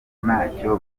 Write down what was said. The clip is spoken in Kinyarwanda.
ntacyo